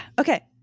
Okay